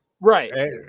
Right